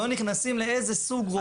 לא נכנסים לאיזה סוג רופא מעסיק בית החולים.